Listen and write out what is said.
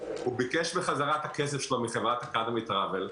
הוא ביקש בחזרה את הכסף שלו מחברת אקדמי טראוול,